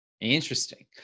Interesting